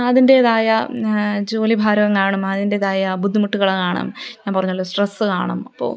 അതിന്റേതായ ജോലിഭാരം കാണും അതിന്റേതായ ബുദ്ധിമുട്ടുകള് കാണും ഞാന് പറഞ്ഞല്ലോ സ്ട്രെസ് കാണും അപ്പോള്